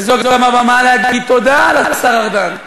וזו גם הבמה להגיד תודה לשר ארדן,